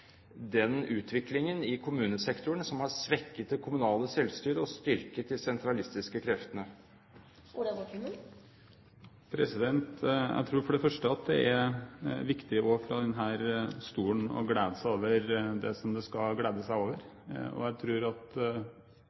utviklingen i kommunesektoren, som har svekket det kommunale selvstyret og styrket de sentralistiske kreftene? Jeg tror for det første at det er viktig også fra denne talerstolen å glede seg over det som man skal glede seg over, og der tror jeg representanten Tetzschner og jeg vil kunne være enige om at